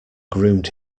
groomed